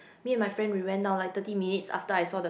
me and my friend will went out like thirty minutes after I saw the